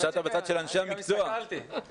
בגלל זה לא הסתכלתי.